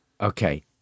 Okay